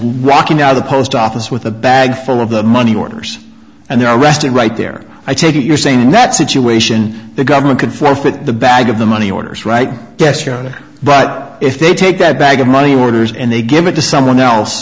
rocking out the post office with a bag full of the money orders and they're resting right there i take it you're saying in that situation the government could forfeit the bag of the money orders right yes your honor but if they take that bag of money orders and they give it to someone else